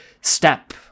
step